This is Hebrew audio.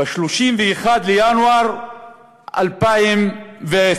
ב-31 בינואר 2010,